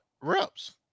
reps